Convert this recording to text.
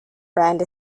brand